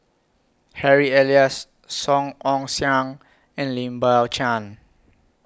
Harry Elias Song Ong Siang and Lim Biow Chuan